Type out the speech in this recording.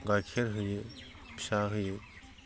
गाइखेर होयो फिसा होयो